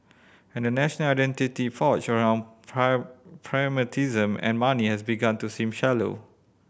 and a national identity forged around pragmatism and money has begun to seem shallow